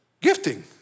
gifting